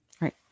Right